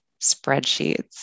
spreadsheets